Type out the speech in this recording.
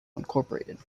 incorporated